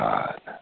God